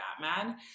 Batman